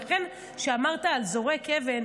ולכן, כשאמרת על זורק אבן,